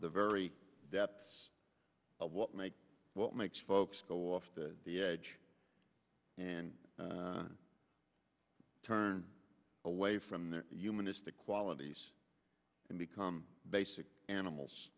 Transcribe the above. the very depths of what makes what makes folks go off the edge and turn away from their human history qualities and become basic animals